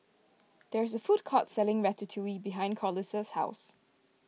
there is a food court selling Ratatouille behind Corliss' house